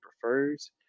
prefers